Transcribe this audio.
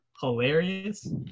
hilarious